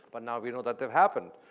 but now we know that they have happened.